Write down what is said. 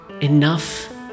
enough